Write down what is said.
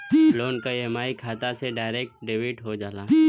loan क EMI खाता से डायरेक्ट डेबिट हो जाला